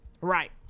right